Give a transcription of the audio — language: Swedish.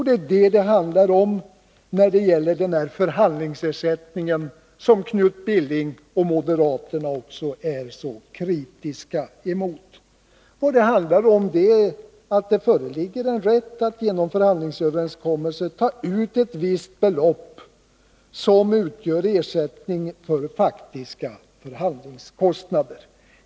Det är detta som det gäller i fråga om förhandlingsersättningen och som Knut Billing och moderaterna är så kritiska mot. Vad det handlar om är att det föreligger rätt att genom förhandlingsöverenskommelse ta ut ett visst belopp som utgör ersättning för faktiska förhandlingskostnader.